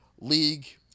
League